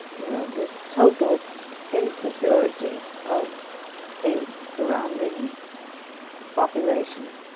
you know this total insecurity of the surrounding population